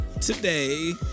today